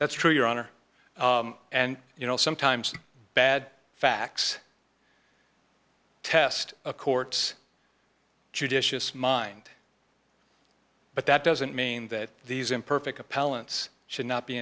that's true your honor and you know sometimes bad facts test a court's judicious mind but that doesn't mean that these imperfect appellants should not be